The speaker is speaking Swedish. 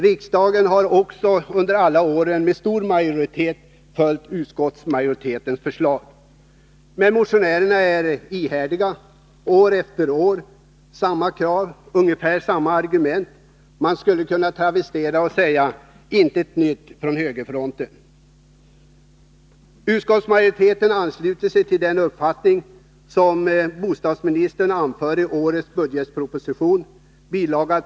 Riksdagen har under alla år med stor majoritet följt utskottets förslag. Men motionärerna är ihärdiga år efter år. Samma krav och ungefär samma argument framförs. Man skulle kunna travestera och säga: Intet nytt från högerfronten. Utskottsmajoriteten ansluter sig till den uppfattning som bostadsministern anför i årets budgetproposition, bil.